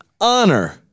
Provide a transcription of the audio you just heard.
honor